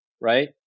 right